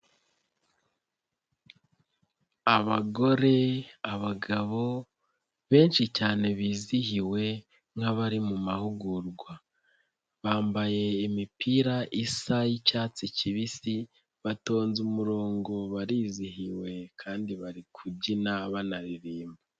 Abagore, abagabo, benshi cyane bizihiwe nk'abari mu mahugurwa, bambaye imipira isa y'icyatsi kibisi, batonze umurongo barizihiwe kandi bari kubyina banaririmba.